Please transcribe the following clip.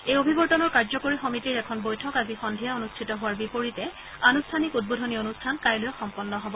এই অভিৱৰ্তনৰ কাৰ্যকৰী সমিতিৰ এখন বৈঠক আজি সন্ধিয়া অনুষ্ঠিত হোৱাৰ বিপৰীতে আনুষ্ঠানিক উদ্বোধনী অনুষ্ঠান কাইলৈ সম্পন্ন হব